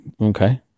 Okay